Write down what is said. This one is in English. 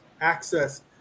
access